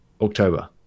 October